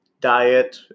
diet